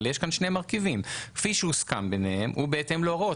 אבל יש כאן שני מרכיבים כפי שהוסכם ביניהם ובהתאם להוראות.